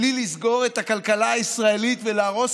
בלי לסגור את הכלכלה הישראלית ולהרוס